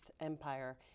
empire